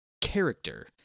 character